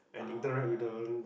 ah